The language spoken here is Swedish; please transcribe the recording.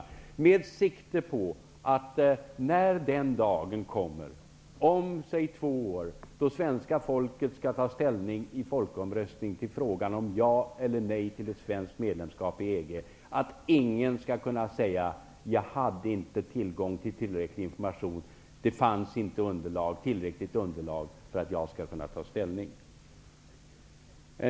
Detta gör jag med sikte på att när den dag kommer, säg om två år, då svenska folket i folkomröstning skall ta ställning till frågan om ja eller nej till ett svenskt medlemskap i EG skall ingen kunna säga: Jag hade inte tillgång till tillräcklig information. Det fanns inte tillräckligt underlag för att ta ställning.